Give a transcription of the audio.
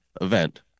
event